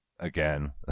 again